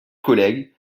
collègues